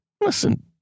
listen